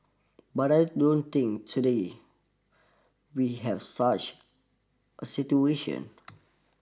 but I don't think today we have such a situation